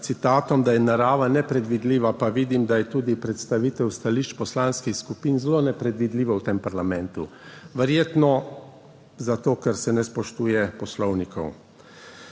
da je narava nepredvidljiva, pa vidim, da je tudi predstavitev stališč poslanskih skupin zelo nepredvidljivo v tem parlamentu, verjetno zato, ker se ne spoštuje Poslovnika.